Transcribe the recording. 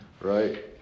right